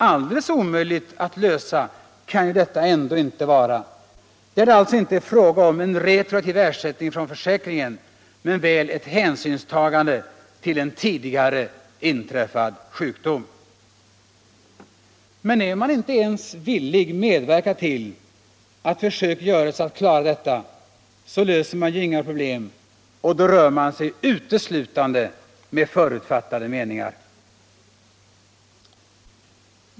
Alldeles omöjligt att lösa kan ju detta ändå inte vara, där det alltså inte är fråga om en retroaktiv ersättning från försäkringen men väl ett hänsynstagande till en tidigare inträffad sjukdom. Men är man inte ens villig medverka till att försök göres att klara detta, så löser man ju inga problem och då rör man sig uteslutande med förutfattade meningar!